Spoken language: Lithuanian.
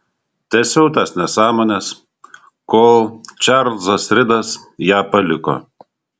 tęsiau tas nesąmones kol čarlzas ridas ją paliko